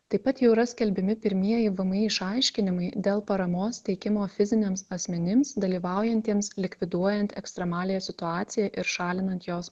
taip pat jau yra skelbiami pirmieji vmi išaiškinimai dėl paramos teikimo fiziniams asmenims dalyvaujantiems likviduojant ekstremaliąją situaciją ir šalinant jos